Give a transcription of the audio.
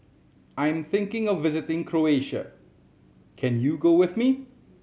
I'm thinking of visiting Croatia can you go with me